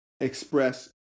express